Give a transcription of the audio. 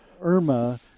Irma